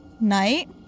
night